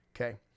Okay